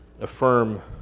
affirm